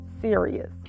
serious